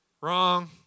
wrong